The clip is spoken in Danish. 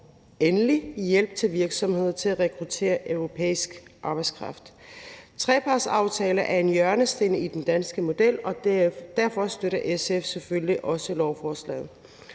og endelig hjælp til virksomheder med at rekruttere europæisk arbejdskraft. Trepartsaftaler er en hjørnesten i den danske model, og derfor støtter SF selvfølgelig også lovforslaget.